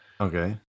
okay